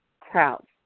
crowds